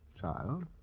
child